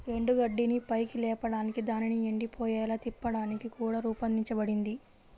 ఎండుగడ్డిని పైకి లేపడానికి దానిని ఎండిపోయేలా తిప్పడానికి కూడా రూపొందించబడింది